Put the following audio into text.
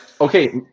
Okay